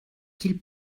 qu’il